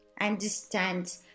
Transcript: understand